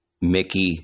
Mickey